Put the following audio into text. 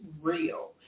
real